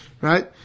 right